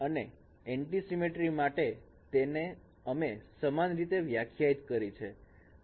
અને એન્ટ્રીસિમેટ્રી માટે અમે સમાન રીતે વ્યાખ્યાયિત કરી છે